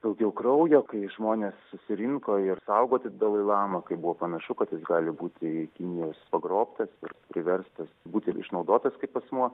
daugiau kraujo kai žmonės susirinko ir saugoti dalailamą kaip buvo panašu kad jis gali būti kinijos pagrobtas ir priverstas būti išnaudotas kaip asmuo